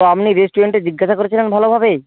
তো আপনি রেস্টুরেন্টে জিজ্ঞাসা করেছিলেন ভালোভাবেই